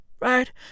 right